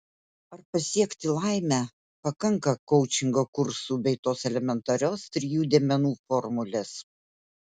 ar pasiekti laimę pakanka koučingo kursų bei tos elementarios trijų dėmenų formulės